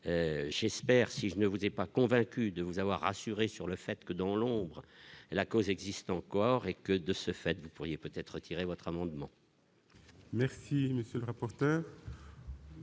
j'espère, si je ne vous ai pas convaincu de vous avoir rassurés sur le fait que, dans l'ombre la cause existe encore et que de ce fait, vous pourriez peut-être votre amendement. Merci, monsieur le rapporteur.